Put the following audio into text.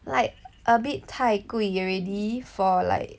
like a bit 太贵 already for like